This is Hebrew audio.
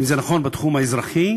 אם זה נכון בתחום האזרחי,